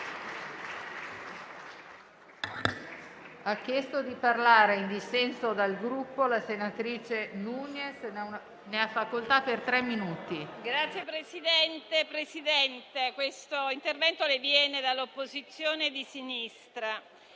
Signor Presidente, questo intervento le viene dall'opposizione di sinistra.